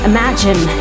Imagine